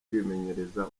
kwimenyereza